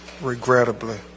Regrettably